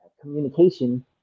communication